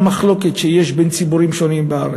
מחלוקת שיש בין ציבורים שונים בארץ.